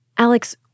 Alex